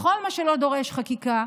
כל מה שלא דורש חקיקה,